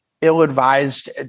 ill-advised